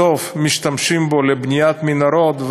בסוף משתמשים בו לבניית מנהרות,